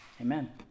amen